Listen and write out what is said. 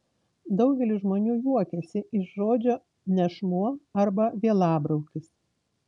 daugelis žmonių juokiasi iš žodžio nešmuo arba vielabraukis